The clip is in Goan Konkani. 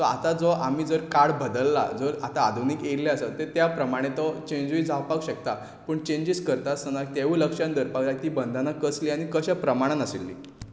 सो आतां जो आमी जर काळ बदल्ला जर आतां आधुनीकताय आयिल्लें आसा तर त्या प्रमाणे तो चँजूय जावपाक शकता पूण चँजीस करता आसतना तेंवूय लक्षांत दवरपाक जाय की बंधनां कसलीं आनी कश्या प्रणाणांत आशिल्लीं